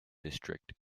district